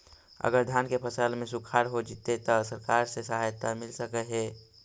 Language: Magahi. अगर धान के फ़सल में सुखाड़ होजितै त सरकार से सहायता मिल सके हे?